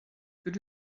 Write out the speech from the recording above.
could